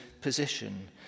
position